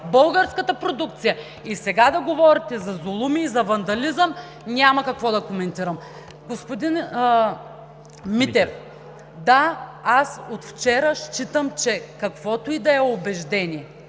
българската продукция. И сега да говорите за зулуми и за вандализъм, няма какво да коментирам. Господин Митев, да, аз от вчера считам, че каквото и да е убеждението